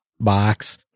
box